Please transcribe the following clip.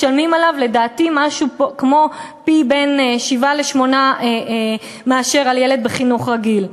משלמים עליו לדעתי בין פי-שבעה לפי-שמונה מאשר על ילד בחינוך רגיל.